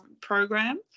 program